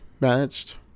managed